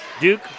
Duke